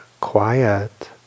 quiet